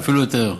אפילו יותר.